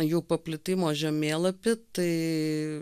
jų paplitimo žemėlapį tai